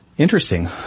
Interesting